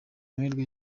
amahirwe